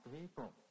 people